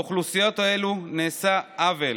לאוכלוסיות האלו נעשה עוול,